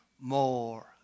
more